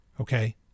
Okay